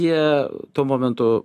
jie tuo momentu